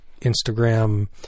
Instagram